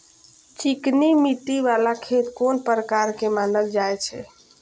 चिकनी मिट्टी बाला खेत कोन प्रकार के मानल जाय छै?